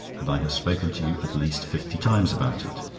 and i have spoken to you at least fifty times about it.